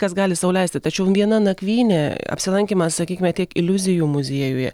kas gali sau leisti tačiau viena nakvynė apsilankymas sakykime tiek iliuzijų muziejuje